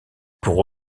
pour